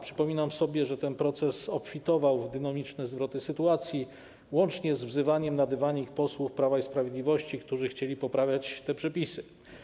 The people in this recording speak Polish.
Przypominam sobie, że ten proces obfitował w dynamiczne zwroty sytuacji, łącznie z wzywaniem na dywanik posłów Prawa i Sprawiedliwości, którzy chcieli poprawiać te przepisy.